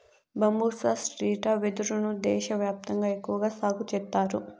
బంబూసా stricta వెదురు ను దేశ వ్యాప్తంగా ఎక్కువగా సాగు చేత్తారు